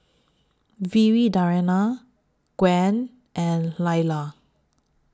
Viridiana Gwen and Lalla